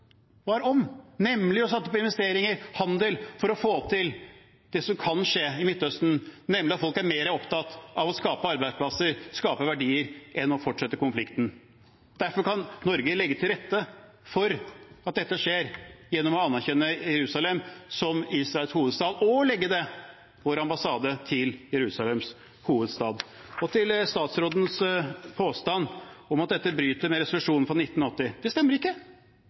om, nemlig å satse på investeringer og handel for å få til det som kan skje i Midtøsten, nemlig at folk er mer opptatt av å skape arbeidsplasser, skape verdier, enn av å fortsette konflikten. Derfor kan Norge legge til rette for at dette skjer, gjennom å anerkjenne Jerusalem som Israels hovedstad og legge vår ambassade til Jerusalem. Til utenriksministerens påstand om at dette bryter med resolusjonen fra 1980: Det stemmer ikke,